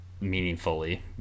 meaningfully